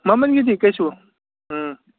ꯃꯃꯟꯒꯤꯗꯤ ꯀꯩꯁꯨ ꯎꯝ